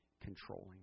controlling